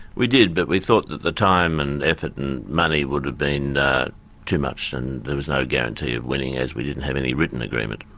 we did. but we thought that the time and effort and money would have been too much, and there was no guarantee of winning, as we didn't have any written agreement.